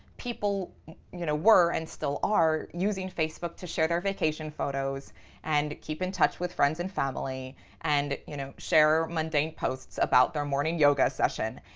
people you know were and still are using facebook to share their vacation photos and keep in touch with friends and family and, you know, share mundane posts about their morning yoga session.